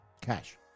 Cash